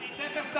היא תכף תעלה.